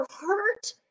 hurt